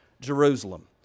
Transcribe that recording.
Jerusalem